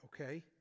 okay